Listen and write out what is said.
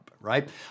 right